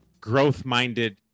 growth-minded